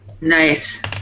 Nice